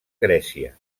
grècia